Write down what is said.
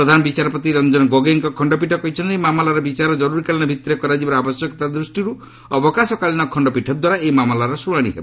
ପ୍ରଧାନ ବିଚାରପତି ରଞ୍ଜନ୍ ଗୋଗୋଇଙ୍କ ଖଣ୍ଡପୀଠ କହିଛନ୍ତି ମାମଲାର ବିଚାର ଜରୁରୀକାଳୀନ ଭିତ୍ତିରେ କରାଯିବାର ଆବଶ୍ୟକତା ଦୂଷ୍ଟିରୁ ଅବକାଶକାଳୀନ ଖଣ୍ଡପୀଠଦ୍ୱାରା ଏହି ମାମଲାର ଶୁଣାଣି ହେବ